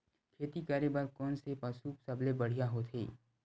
खेती करे बर कोन से पशु सबले बढ़िया होथे?